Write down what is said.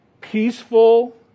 peaceful